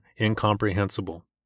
incomprehensible